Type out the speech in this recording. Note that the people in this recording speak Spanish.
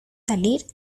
salir